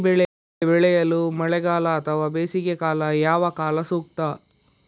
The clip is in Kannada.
ಈ ಬೆಳೆ ಬೆಳೆಯಲು ಮಳೆಗಾಲ ಅಥವಾ ಬೇಸಿಗೆಕಾಲ ಯಾವ ಕಾಲ ಸೂಕ್ತ?